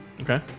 Okay